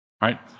Right